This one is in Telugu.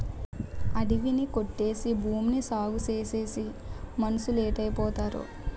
అడివి ని కొట్టేసి భూమిని సాగుచేసేసి మనుసులేటైపోతారో